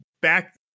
back